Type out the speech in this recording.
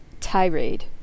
tirade